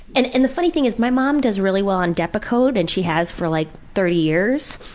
and, and the funny thing is my mom does really well on depakote and she has for like thirty years.